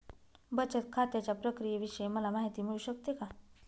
बचत खात्याच्या प्रक्रियेविषयी मला माहिती मिळू शकते का?